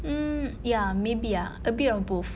mm ya maybe ah a bit of both